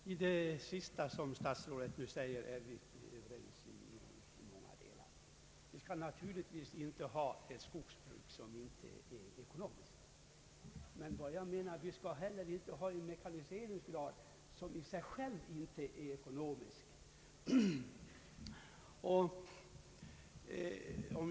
Herr talman! Det sista som statsrådet nu sade är vi i stort sett överens om. Vi kan naturligtvis inte ha ett skogsbruk som inte är ekonomiskt. Men jag menar att vi heller inte kan ha en mekaniseringsgrad som i sig själv inte är ekonomisk.